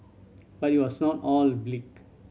but it was not all bleak